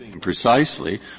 precisely